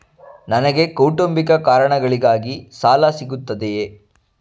ನನಗೆ ಕೌಟುಂಬಿಕ ಕಾರಣಗಳಿಗಾಗಿ ಸಾಲ ಸಿಗುತ್ತದೆಯೇ?